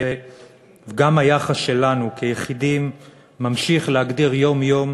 גם היחס שלנו כיחידים ממשיך להגדיר יום-יום